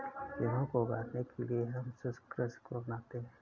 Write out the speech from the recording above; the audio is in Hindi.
गेहूं को उगाने के लिए हम शुष्क कृषि को अपनाते हैं